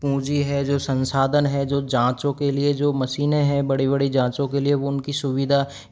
पूंजी है जो संसधान है जो जाँचों के लिए जो मशीनें है बड़ी बड़ी जाँचों के लिए वो उनकी सुविधा